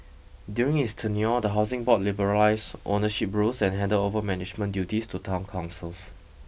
during his tenure the Housing Board liberalised ownership rules and handed over management duties to town councils